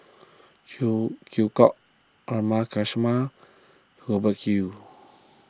Phey Yew Kok Haresh Sharma Hubert Hill